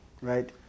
Right